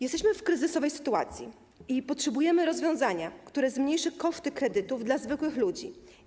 Jesteśmy w kryzysowej sytuacji i potrzebujemy rozwiązania, które zmniejszy koszty kredytów dla zwykłych ludzi.